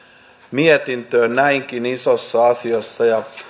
mietintöön näinkin isossa asiassa